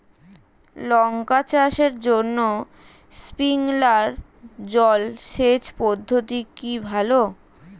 লঙ্কা চাষের জন্য স্প্রিংলার জল সেচ পদ্ধতি কি ভালো?